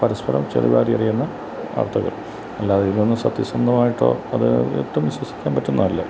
പരസ്പരം ചെളി വാരി എറിയുന്ന വാർത്തകൾ അല്ലാതെ ഇതൊന്നും സത്യസന്ധമായിട്ടോ അത് ഒട്ടും വിശ്വസിക്കാൻ പറ്റുന്നത് അല്ല